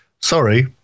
Sorry